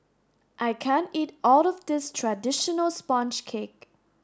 I can't eat all of this traditional sponge cake